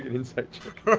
insight check.